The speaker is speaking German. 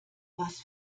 was